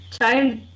child